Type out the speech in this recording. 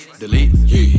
delete